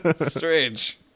Strange